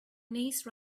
niece